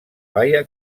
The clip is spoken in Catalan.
baia